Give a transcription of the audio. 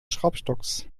schraubstocks